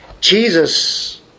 Jesus